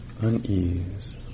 Unease